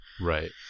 Right